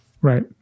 right